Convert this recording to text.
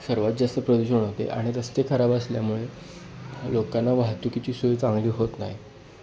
सर्वात जास्त प्रदूषण होते आणि रस्ते खराब असल्यामुळे लोकांना वाहतुकीची सोय चांगली होत नाही